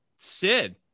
Sid